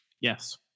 Yes